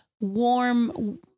warm